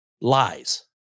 lies